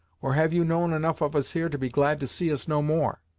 or have you known enough of us here, to be glad to see us no more.